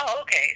okay